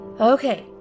Okay